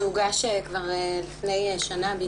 שהוגש כבר לפני שנה.